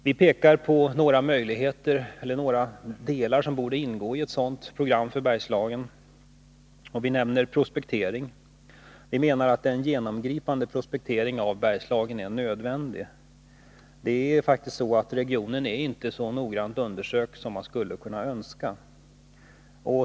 Vi pekar på några delar som borde ingå i ett sådant program för Bergslagen. Vi nämner prospektering. En genomgripande prospektering av Bergslagen är nödvändig. Regionen är faktiskt inte så noggrant undersökt som man skulle önska.